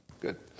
good